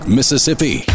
Mississippi